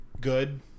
good